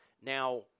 Now